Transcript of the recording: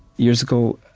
years ago,